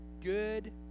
Good